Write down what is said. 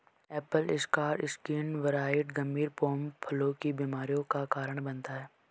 Apple scar skin viroid गंभीर pome फलों की बीमारियों का कारण बनता है